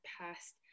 past